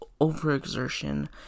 overexertion